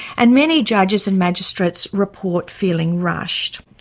and many judges and magistrates report feeling rushed.